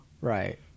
Right